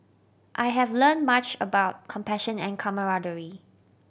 I have learned much about compassion and camaraderie